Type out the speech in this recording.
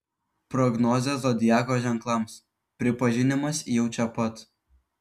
prognozė zodiako ženklams pripažinimas jau čia pat